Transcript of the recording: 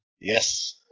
Yes